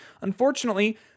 Unfortunately